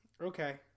Okay